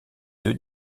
deux